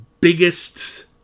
biggest